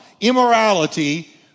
Immorality